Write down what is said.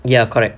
ya correct